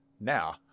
now